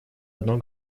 одно